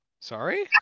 Sorry